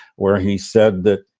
where he said that